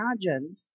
imagined